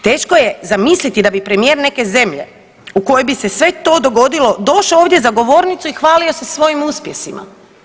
Teško je zamisliti da bi premijer neke zemlje u kojoj bi se sve to dogodilo došao ovdje za govornicu i hvalio se svojim uspjesima.